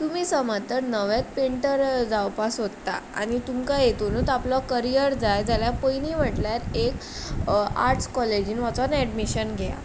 तुमी समज जर नवेच पेंटर जावपा सोदता आनी तुमकां जर हातूनच आपलो करियर जाय जाल्यार एक आर्टस कॉलेजीन वचून एडमीशन घेयात